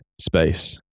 Space